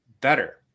better